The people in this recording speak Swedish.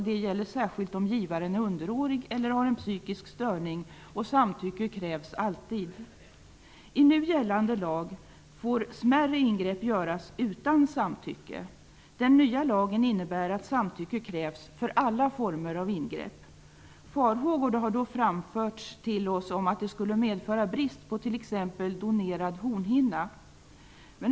Det gäller särskilt om givaren är underårig eller har en psykisk störning. Samtycke krävs alltid. I nu gällande lag får smärre ingrepp göras utan samtycke. Den nya lagen innebär att samtycke krävs för alla former av ingrepp. Farhågor har framförts till oss om att det skulle medföra brist på t.ex. donerad hornhinna.